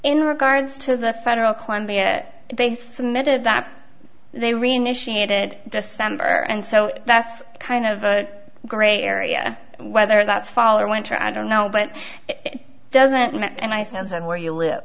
in regards to the federal columbia they submitted that they renegotiate it december and so that's kind of a gray area whether that's fall or winter i don't know but it doesn't and i sense and where you live